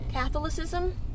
Catholicism